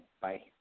Bye